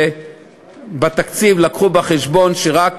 ובתקציב הביאו בחשבון שרק